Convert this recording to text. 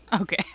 Okay